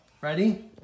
Ready